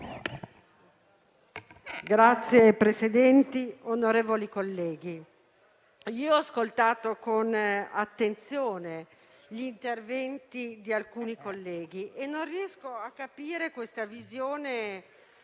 Signor Presidente, onorevoli colleghi, ho ascoltato con attenzione gli interventi di alcuni colleghi e non riesco a capire la visione